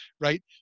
right